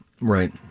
right